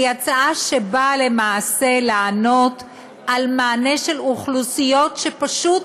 באה למעשה לתת מענה לאוכלוסיות שפשוט